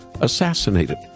assassinated